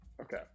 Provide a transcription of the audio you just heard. okay